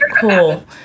cool